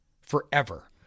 forever